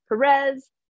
Perez